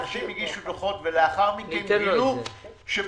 אנשים הגישו דוחות ולאחר מכן גילו שבניגוד